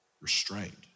Restraint